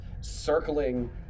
circling